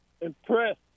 impressed